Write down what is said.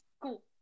cool